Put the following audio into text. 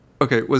Okay